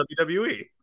WWE